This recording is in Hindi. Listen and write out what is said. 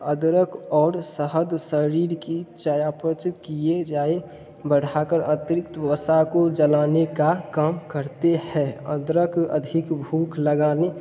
अदरक और शहद शरीर की पाच्य क्रिया जाए बढ़ा कर अतिरिक्त वसा को जलाने का काम करते हैं अदरक अधिक भूख लगाने